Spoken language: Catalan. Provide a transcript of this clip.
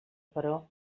però